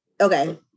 okay